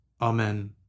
Amen